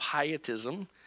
pietism